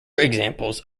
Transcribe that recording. examples